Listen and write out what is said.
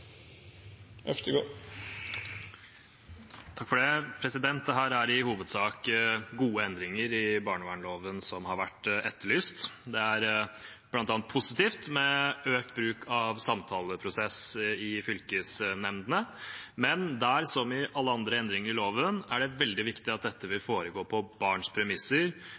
er i hovedsak gode endringer i barnevernsloven, som har vært etterlyst. Det er bl.a. positivt med økt bruk av samtaleprosess i fylkesnemndene. Men der, som i alle andre endringer i loven, er det veldig viktig at dette foregår på barns premisser